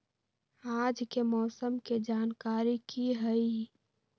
आज के मौसम के जानकारी कि हई?